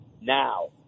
now